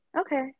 Okay